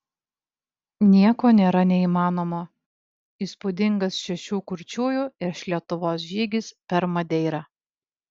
nieko nėra neįmanomo įspūdingas šešių kurčiųjų iš lietuvos žygis per madeirą